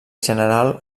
general